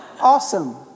Awesome